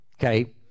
Okay